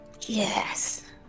Yes